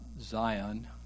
Zion